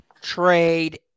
trade